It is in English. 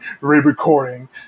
re-recording